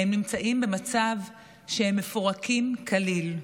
הם נמצאים במצב שהם מפורקים כליל.